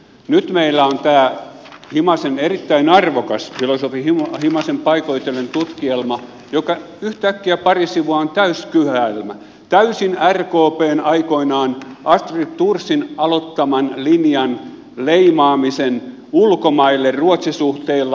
nyt meillä on tämä himasen erittäin arvokas filosofi himasen paikoitellen tutkielma joka yhtäkkiä pari sivua on täysi kyhäelmä täysin rkpn astrid thorsin aikoinaan aloittamaa linjaa leimaamista ulkomaille ruotsi suhteilla